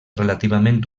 relativament